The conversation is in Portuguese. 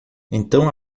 então